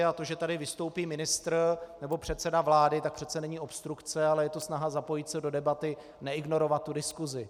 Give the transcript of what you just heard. A to, že tady vystoupí ministr nebo předseda vlády, tak přece není obstrukce, ale je to snaha zapojit se do debaty, neignorovat diskusi.